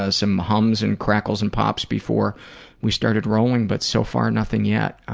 ah some hums and crackles and pops before we started rolling, but so far, nothing yet.